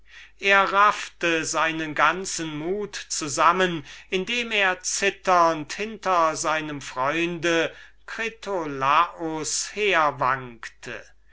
er raffte seinen ganzen mut zusammen indem er zitternd hinter seinem freunde critolaus